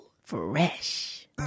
Fresh